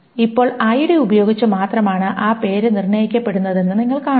ഇപ്പോൾ ഐഡി ഉപയോഗിച്ച് മാത്രമാണ് ആ പേര് നിർണ്ണയിക്കപ്പെടുന്നതെന്ന് നിങ്ങൾ കാണുന്നു